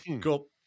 Cool